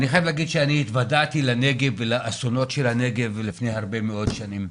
אני חייב להגיד שהתוודעתי לנגב ולאסונות של הנגב לפני הרבה מאוד שנים.